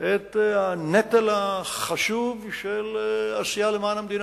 את הנטל החשוב של עשייה למען המדינה.